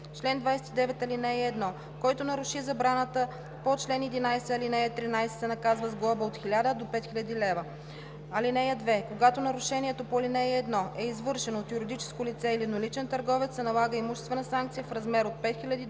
„Чл. 29. (1) Който наруши забраната по чл. 11, ал. 13, се наказва с глоба от 1000 до 5000 лв. (2) Когато нарушението по ал. 1 е извършено от юридическо лице или едноличен търговец, се налага имуществена санкция в размер от 5000 до 10 000